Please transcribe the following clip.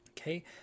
Okay